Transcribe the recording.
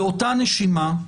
באותה נשימה,